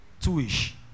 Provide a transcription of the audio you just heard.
Two-ish